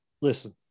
Listen